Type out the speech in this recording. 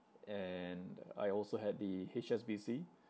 and I also had the H_S_B_C